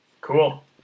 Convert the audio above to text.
Cool